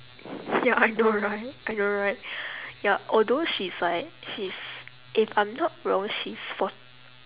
ya I know right I know right yup although she's like she's if I'm not wrong she's fort~